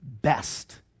best